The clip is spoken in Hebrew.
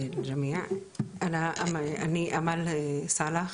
אני אמאל סאלח,